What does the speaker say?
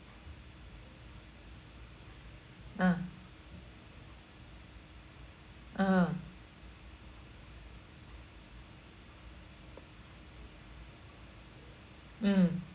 ah ah mm